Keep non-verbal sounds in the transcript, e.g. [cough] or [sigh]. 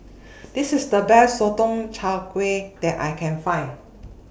[noise] This IS The Best Sotong Char Kway that I Can found